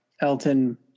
Elton